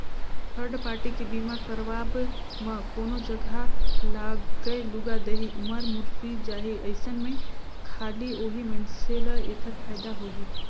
third party के बीमा करवाब म कोनो जघा लागय लूगा देही, मर मुर्री जाही अइसन में खाली ओही मइनसे ल ऐखर फायदा होही